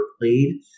played